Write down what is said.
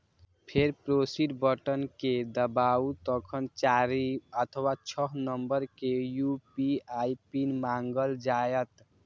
फेर proceed button कें दबाउ, तखन चारि अथवा छह नंबर के यू.पी.आई पिन मांगल जायत